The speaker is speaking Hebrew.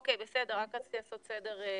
בסדר, רק רציתי לעשות סדר בדברים.